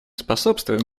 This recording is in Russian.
способствует